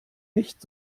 nicht